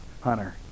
hunter